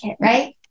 right